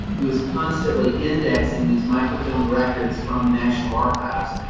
who is constantly indexing these microfilmed records from the national archives.